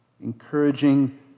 encouraging